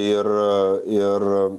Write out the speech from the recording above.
ir ir